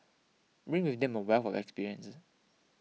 bring with them a wealth of experience